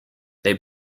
they